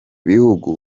bihugu